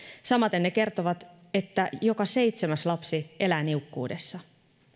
samaten ne kertovat että joka seitsemäs lapsi elää niukkuudessa